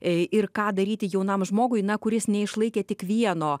ir ką daryti jaunam žmogui na kuris neišlaikė tik vieno